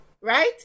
right